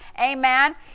Amen